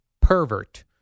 pervert